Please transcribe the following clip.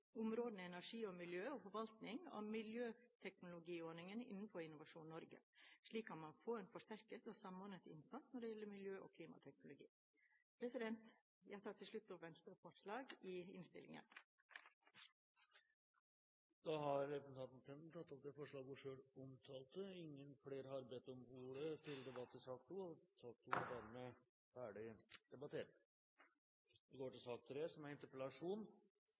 områdene energi og miljø og forvaltningen av miljøteknologiordningen innenfor Innovasjon Norge. Slik kan man få en forsterket og samordnet innsats når det gjelder miljø- og klimateknologi. Jeg tar til slutt opp Venstres forslag i innstillingen. Da har representanten Borghild Tenden tatt opp det forslaget hun refererte til. Flere har ikke bedt om ordet til sak nr. 2. En diskusjon om hovedstaden kan dreie seg om svært mye. Jeg vil avgrense innlegget mitt til